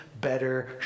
better